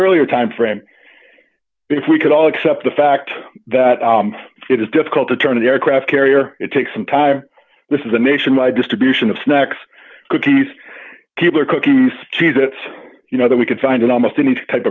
earlier time frame if we could all accept the fact that it is difficult to turn an aircraft carrier it takes some time this is a nation my distribution of snacks cookies people or cookies cheese that you know that we can find in almost any type